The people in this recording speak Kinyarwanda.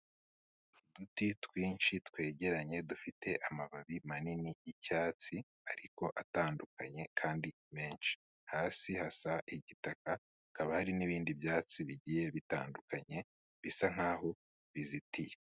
Uduti twinshi twegeranye dufite amababi manini y'icyatsi, ariko atandukanye kandi menshi. Hasi hasa igitaka, hakaba hari n'ibindi byatsi bigiye bitandukanye, bisa nk'aho bizitiye.